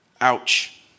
Ouch